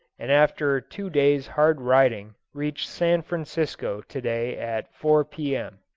and after two days' hard riding reached san francisco to-day at four, p m.